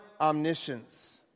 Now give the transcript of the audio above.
omniscience